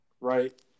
right